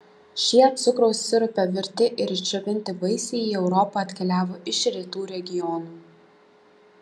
šie cukraus sirupe virti ir išdžiovinti vaisiai į europą atkeliavo iš rytų regionų